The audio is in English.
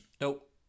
Nope